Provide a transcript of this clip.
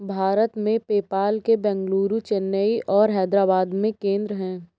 भारत में, पेपाल के बेंगलुरु, चेन्नई और हैदराबाद में केंद्र हैं